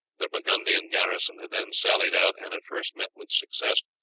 the burgundian garrison had then sallied out and at first met with success,